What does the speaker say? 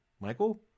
michael